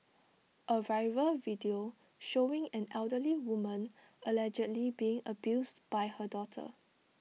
A viral video showing an elderly woman allegedly being abused by her daughter